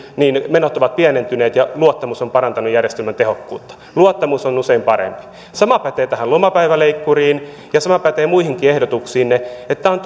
niin menot ovat pienentyneet ja luottamus on parantanut järjestelmän tehokkuutta luottamus on usein parempi sama pätee tähän lomapäiväleikkuriin ja sama pätee muihinkin ehdotuksiinne tämä on